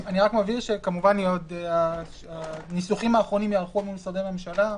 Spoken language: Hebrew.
אני רק מבהיר שהניסוחים האחרונים ייערכו מול משרדי הממשלה.